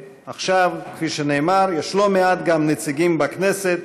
ועכשיו, כפי שנאמר, יש גם לא מעט נציגים בכנסת,